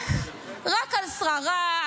רק על שררה,